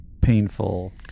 painful